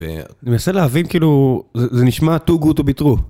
אני מנסה להבין כאילו זה נשמע טו גוט טובי טרו.